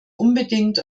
unbedingt